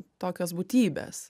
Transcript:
tokios būtybės